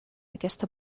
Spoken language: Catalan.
aquesta